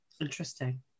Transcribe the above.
Interesting